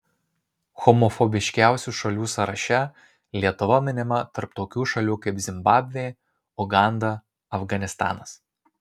homofobiškiausių šalių sąraše lietuva minima tarp tokių šalių kaip zimbabvė uganda afganistanas